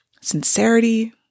sincerity